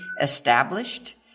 established